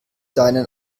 deinen